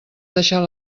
deixar